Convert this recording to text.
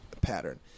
pattern